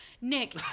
Nick